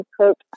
cook